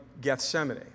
Gethsemane